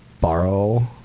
borrow